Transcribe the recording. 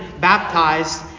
baptized